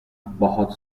باهات